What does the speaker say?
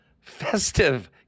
festive